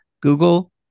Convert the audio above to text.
Google